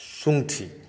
सुङ्गठी